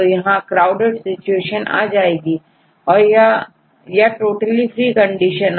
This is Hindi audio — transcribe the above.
अब यहां क्राउडेड सिचुएशन आ जाती है या टोटली फ्री कंडीशन